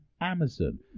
Amazon